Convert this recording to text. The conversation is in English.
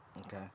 Okay